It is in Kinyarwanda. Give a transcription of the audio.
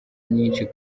nyinshi